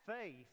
faith